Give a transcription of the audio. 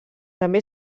també